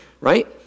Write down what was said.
right